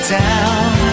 down